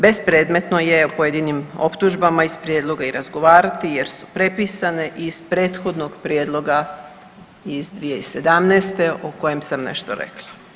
Bespredmetno je o pojedinim optužbama iz prijedloga i razgovarati jer su prepisane iz prethodnog prijedloga iz 2017.o kojem sam nešto rekla.